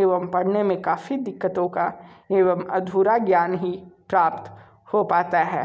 एवं पढ़ने में काफ़ी दिक्कतों का एवं अधूरा ज्ञान ही प्राप्त हो पता है